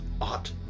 ought